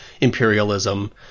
imperialism